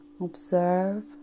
Observe